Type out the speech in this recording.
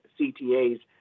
CTA's